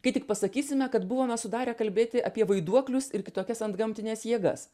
kai tik pasakysime kad buvome sudarę kalbėti apie vaiduoklius ir kitokias antgamtines jėgas